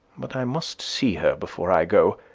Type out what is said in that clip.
but i must see her before i go,